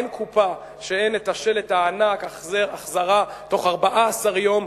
אין קופה שאין בה השלט הענק: החזרה תוך 14 יום,